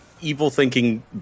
evil-thinking